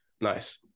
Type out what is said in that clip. Nice